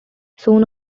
soon